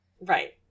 Right